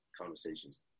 conversations